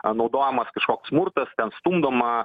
a naudojamas kažkoks smurtas ten stumdoma